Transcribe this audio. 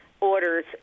orders